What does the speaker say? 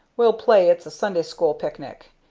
we'll play it's a sunday school picnic,